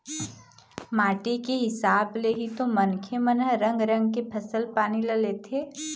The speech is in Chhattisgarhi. माटी के हिसाब ले ही तो मनखे मन ह रंग रंग के फसल पानी ल लेथे